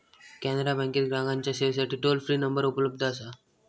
कॅनरा बँकेत ग्राहकांच्या सेवेसाठी टोल फ्री नंबर उपलब्ध असा